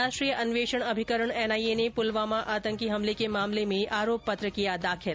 राष्ट्रीय अन्वेषण अभिकरण एनआईए ने पुलवामा आतंकी हमले के मामले में आरोप पत्र किया दाखिल